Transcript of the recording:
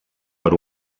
per